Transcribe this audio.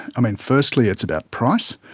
i mean firstly it's about price.